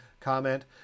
comment